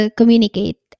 communicate